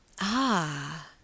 Ah